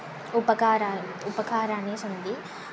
उपकारान् उपकाराणि सन्ति